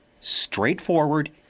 straightforward